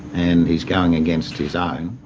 and he's going against his own.